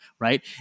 right